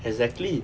exactly